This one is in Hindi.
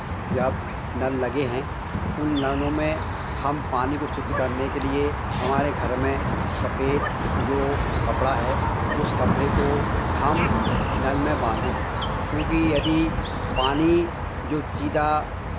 जब नल लगे हैं उन नलों में हम पानी को शुद्ध करने के लिए हमारे घर में सफ़ेद जो कपड़ा है उस कपड़े को हम नल में बाँधें क्योंकि यदि पानी जो सीधा